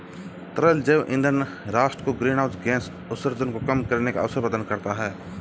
तरल जैव ईंधन राष्ट्र को ग्रीनहाउस गैस उत्सर्जन को कम करने का अवसर प्रदान करता है